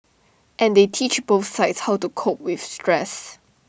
and they teach both sides how to cope with stress